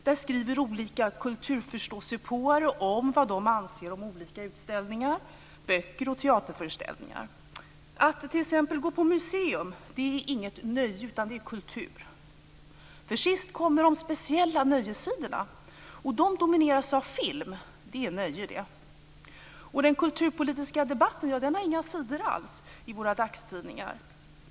Där skriver olika kultur-förstå-sigpåare om vad de anser om olika utställningar, böcker och teaterföreställningar. Att t.ex. gå på museum är inget nöje, utan det är kultur. Sist kommer nämligen de speciella nöjessidorna. De domineras av film; det är nöje. Den kulturpolitiska debatten har inga sidor alls i våra dagstidningar.